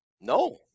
no